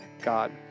God